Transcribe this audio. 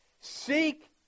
Seek